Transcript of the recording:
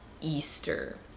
easter